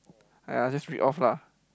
!aiya! just read off lah